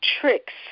tricks